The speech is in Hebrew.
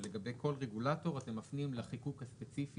שלגבי כל רגולטור אתם מפנים לחיקוק הספציפי